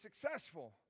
successful